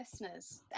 listeners